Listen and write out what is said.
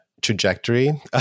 trajectory